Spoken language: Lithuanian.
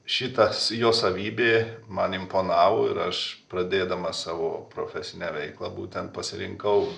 šitas jo savybė man imponavo ir aš pradėdamas savo profesinę veiklą būtent pasirinkau